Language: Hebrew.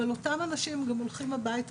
אבל גם אותם אנשים גם הולכים הביתה,